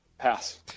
Pass